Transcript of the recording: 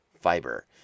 fiber